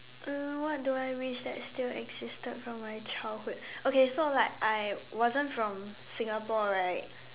uh what do I wish that is still existed from my childhood okay so like I wasn't from Singapore right